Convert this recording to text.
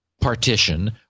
partition